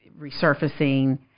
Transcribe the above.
resurfacing